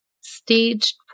staged